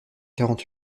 quarante